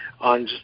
on